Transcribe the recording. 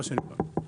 מה שנקרא.